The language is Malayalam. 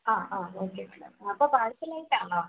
ആ ആ ഓക്കെ മേടം അപ്പം പാർസലായിട്ടാണോ